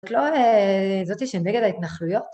זאת לא... זאתי שנגד ההתנחלויות?